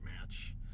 match